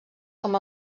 com